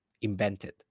invented